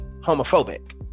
homophobic